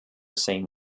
same